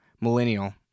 millennial